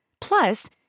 Plus